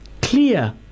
clear